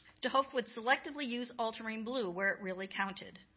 de hooch would selectively use ultramarine blue where it really counted.